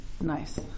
Nice